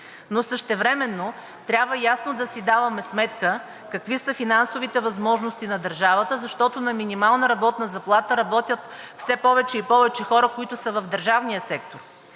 но същевременно трябва ясно да си даваме сметка какви са финансовите възможности на държавата, защото на минимална работна заплата работят все повече и повече хора, които са в държавния сектор.